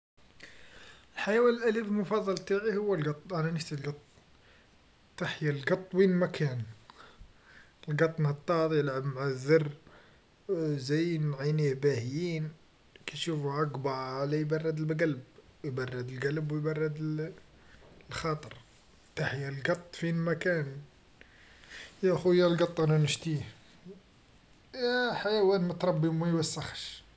الحيوان الاليف مفظل تاعي هو القط انا نشتي القط، تحيا القط وين ما كان، القط نطاط يلعب مع ذر زين عينيه باهيين، كيشوفو عقبة ولا يبرد القلب، يبرد القلب ويبرد الخاطر تحيا القط فين ما كان يا خويا القط انا نشتيه، حيوان متربي وما يوسخش.